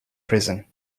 prison